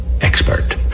expert